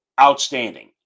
outstanding